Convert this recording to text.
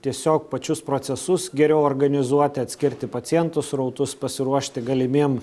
tiesiog pačius procesus geriau organizuoti atskirti pacientų srautus pasiruošti galimiem